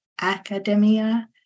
academia